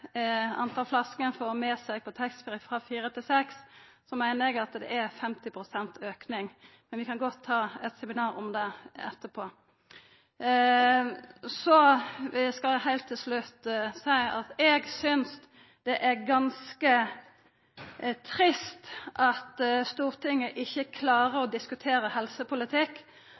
får med seg frå taxfree, frå fire til seks, meiner eg at det er ein 50 pst. auke. Men vi kan godt ta eit seminar om det etterpå. Eg vil heilt til slutt seia at eg synest det er ganske trist at Stortinget ikkje klarer å diskutera helsepolitikk,